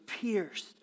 pierced